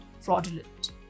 fraudulent